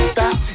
Stop